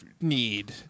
need